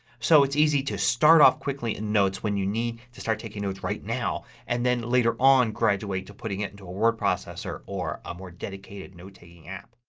so it's easy to start off quickly in notes when you need to start taking notes right now and then later on graduate into putting it into a word processor or a more dedicated note taking app.